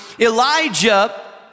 Elijah